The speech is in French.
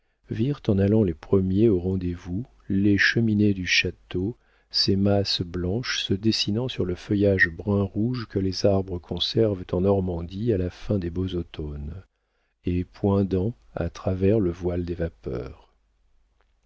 virent en allant les premiers au rendez-vous les cheminées du château ses masses blanches se dessinant sur le feuillage brun rouge que les arbres conservent en normandie à la fin des beaux automnes et poindant à travers le voile des vapeurs